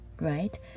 right